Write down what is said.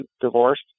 divorced